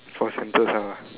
for Sentosa ah